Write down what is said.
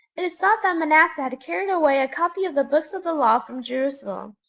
it is thought that manasseh had carried away a copy of the books of the law from jerusalem,